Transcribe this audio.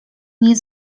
nie